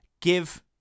give